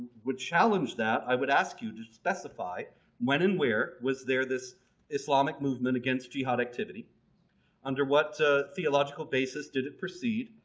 would challenge that i would ask you to specify when and where was there this islamic movement against jihad activity under what theological basis did it proceed,